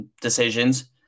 Decisions